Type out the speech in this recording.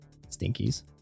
stinkies